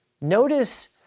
Notice